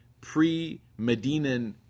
pre-Medinan